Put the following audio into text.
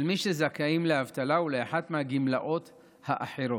מי שזכאים לאבטלה ולאחת מהגמלאות האחרות.